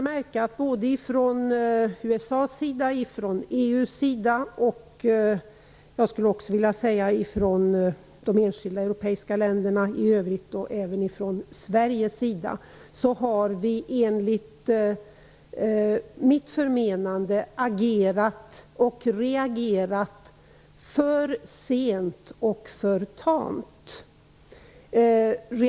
I USA, i EU och i de enskilda europeiska länderna i övrigt har man enligt mitt förmenande agerat och reagerat för sent och för tamt. Det gäller även Sverige.